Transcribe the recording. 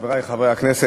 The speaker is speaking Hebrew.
חברי חברי הכנסת,